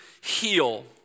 heal